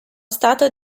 stato